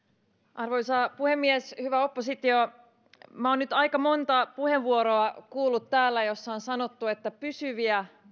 arvoisa puhemies hyvä oppositio olen nyt aika monta puheenvuoroa kuullut täällä jossa on sanottu että pysyviä